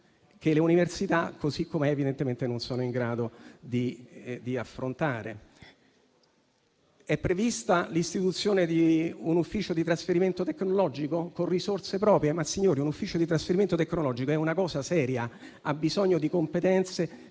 che le università, allo stato attuale, evidentemente non sono in grado di affrontare. È prevista l'istituzione di un ufficio di trasferimento tecnologico con risorse proprie: ma, signori, un ufficio di trasferimento tecnologico è una cosa seria, ha bisogno di competenze